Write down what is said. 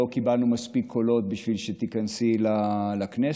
לא קיבלנו מספיק קולות בשביל שתיכנסי לכנסת,